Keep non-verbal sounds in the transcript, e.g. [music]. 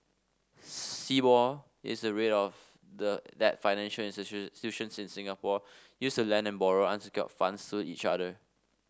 Sibor is the rate of the that financial [unintelligible] in Singapore use to lend and borrow unsecured funds to each other